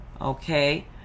okay